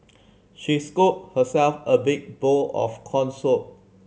she scooped herself a big bowl of corn soup